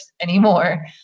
anymore